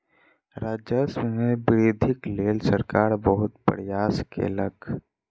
राजस्व मे वृद्धिक लेल सरकार बहुत प्रयास केलक